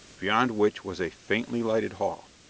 beyond which was a faintly lighted hall.